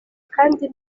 kandi